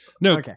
No